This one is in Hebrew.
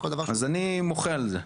אז אני מוחה על זה.